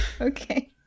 Okay